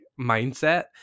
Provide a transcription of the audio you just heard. mindset